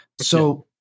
So-